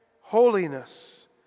holiness